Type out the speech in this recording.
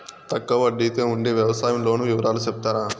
తక్కువ వడ్డీ తో ఉండే వ్యవసాయం లోను వివరాలు సెప్తారా?